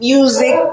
Music